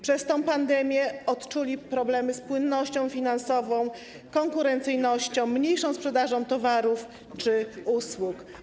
Przez tę pandemię odczuli problemy związane z płynnością finansową, konkurencyjnością, mniejszą sprzedażą towarów czy usług.